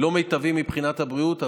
זה לא מיטבי מבחינת הבריאות,